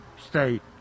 state